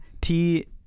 T-